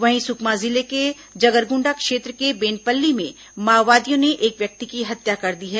वहीं सुकमा जिले के जगरगुंडा क्षेत्र के बेनपल्ली में माओवादियों ने एक व्यक्ति की हत्या कर दी है